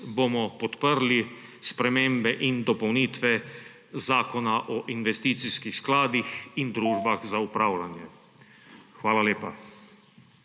bomo podprli spremembe in dopolnitve Zakona o investicijskih skladih in družbah za upravljanje. Hvala lepa.